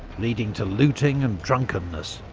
leading to looting and drunkenness,